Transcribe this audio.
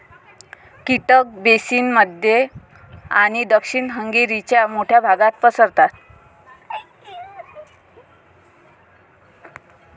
कीटक बेसिन मध्य आणि दक्षिण हंगेरीच्या मोठ्या भागात पसरतात